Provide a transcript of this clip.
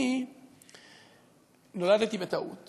אני נולדתי בטעות